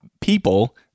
people